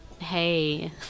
Hey